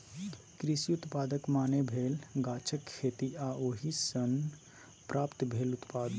कृषि उत्पादक माने भेल गाछक खेती आ ओहि सँ प्राप्त भेल उत्पाद